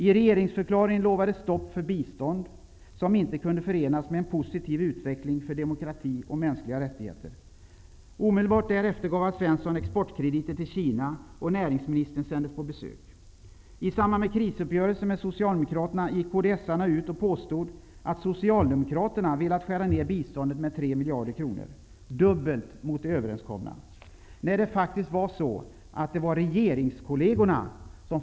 I regeringsförklaringen lovades stopp för bistånd, som inte kunde förenas med en positiv utveckling för demokrati och mänskliga rättigheter. Därefter gav Alf Svensson exportkrediter till Kina, och näringsministern sändes på besök. I samband med krisuppgörelsen med Socialdemokraterna gick kds ut och påstod att Socialdemokraterna velat skära ned biståndet med tre miljarder kronor, dvs. dubbelt så mycket som man hade kommit överens om. I själva verket kom detta förslag från regeringskollegerna.